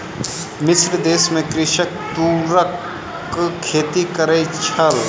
मिस्र देश में कृषक तूरक खेती करै छल